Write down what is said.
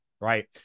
right